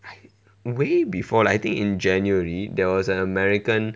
way before I think in january there was an american